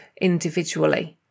individually